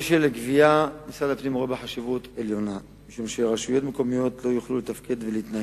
מסעוד גנאים שאל את שר הפנים ביום כ"ו באייר התשס"ט (20